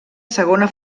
segona